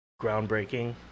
groundbreaking